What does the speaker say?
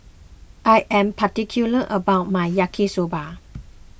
I am particular about my Yaki Soba